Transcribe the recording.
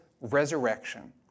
resurrection